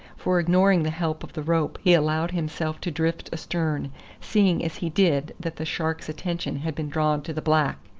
for ignoring the help of the rope he allowed himself to drift astern, seeing as he did that the shark's attention had been drawn to the black.